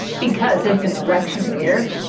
because it's an election year,